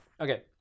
Okay